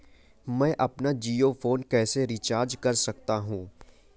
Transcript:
मैं अपना जियो फोन कैसे रिचार्ज कर सकता हूँ?